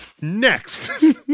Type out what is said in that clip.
Next